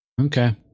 Okay